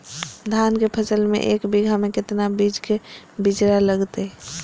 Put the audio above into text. धान के फसल में एक बीघा में कितना बीज के बिचड़ा लगतय?